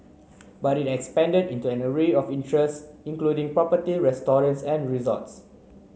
but it expanded into an array of interests including property restaurants and resorts